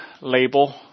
label